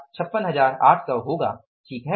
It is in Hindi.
156800 होगा ठीक है